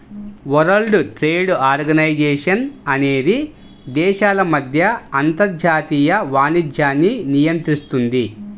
world trade organization అనేది దేశాల మధ్య అంతర్జాతీయ వాణిజ్యాన్ని నియంత్రిస్తుంది